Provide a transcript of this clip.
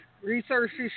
Resources